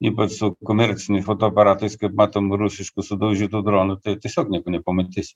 ypač su komerciniai fotoaparatais kaip matom rusiškus sudaužytus dronu tai tiesiog nieko nepamatysi